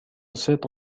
sept